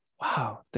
wow